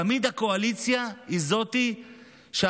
תמיד הקואליציה היא זאת שאחראית,